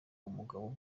umugabo